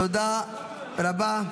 תודה רבה.